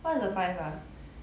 what are the five ah